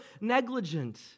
negligent